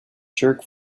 jerk